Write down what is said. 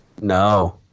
no